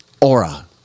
aura